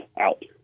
out